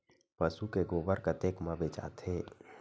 पशु के गोबर कतेक म बेचाथे?